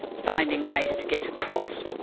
finding ways to get across.